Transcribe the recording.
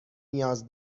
نیاز